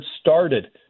started